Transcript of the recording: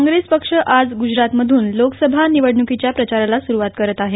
काँग्रेस पक्ष आज ग्रजरात मधून लोकसभा निवडणूकीच्या प्रचाराला सुरुवात करत आहे